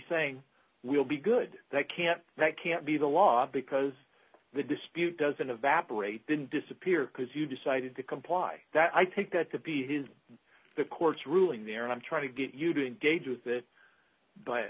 saying we'll be good that can't that can't be the law because the dispute doesn't evaporate then disappear because you decided to comply that i think that could be his the court's ruling there and i'm trying to get you to engage with it b